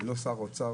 שר האוצר,